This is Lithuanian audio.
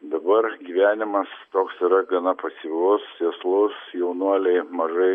dabar gyvenimas toks yra gana pasyvus sėslus jaunuoliai mažai